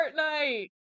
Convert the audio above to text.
Fortnite